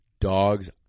Dogs